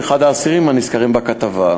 ובהם מכתב של אחד האסירים הנזכרים בכתבה,